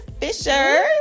Fisher